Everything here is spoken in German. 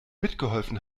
mitgeholfen